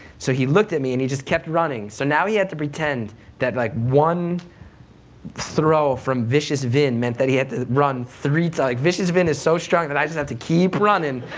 so he looked at me, and he just kept running, so now he had to pretend that like one throw from vicious vin meant that he had to run three, that like vicious vin is so strong that i just have to keep running.